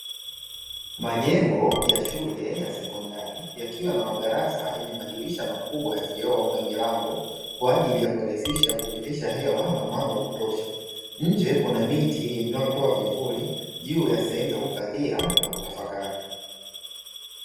Majengo ya shule ya sekondari yakiwa na madarasa yenye madirisha makubwa ya vioo na milango, kwa ajili ya kurahisisha kupitisha hewa na mwanga wa kutosha. Nje kuna miti inayotoa vivuli, juu ya sehemu za kukalia na kutafakari.